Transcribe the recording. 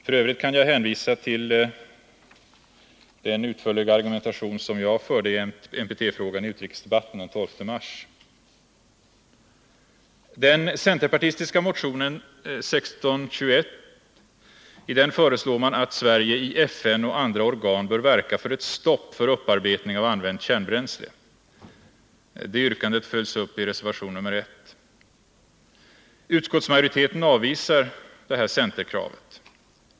F. ö. kan jag hänvisa till den utförliga argumentation jag förde i NPT-frågan i utrikesdebatten den 12 mars. I den centerpartistiska motionen 1621 föreslås att Sverige i FN och andra organ bör verka för ett stopp för upparbetning av använt kärnbränsle. Detta yrkande följs upp i reservation nr 1. Utskottsmajoriteten avvisar detta centerkrav.